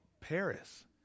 Paris